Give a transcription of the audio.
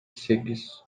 сегиз